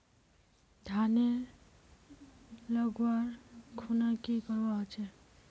धानेर लगवार खुना की करवा होचे?